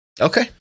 Okay